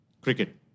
Cricket